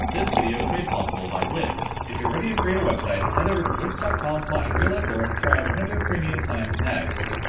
this video is made possible by wix. if you're ready to create a website, head over to wix dot com slash realifelore to try out one of their premium plans next.